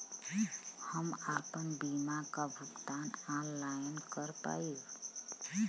हम आपन बीमा क भुगतान ऑनलाइन कर पाईब?